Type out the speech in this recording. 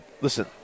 listen